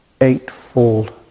Eightfold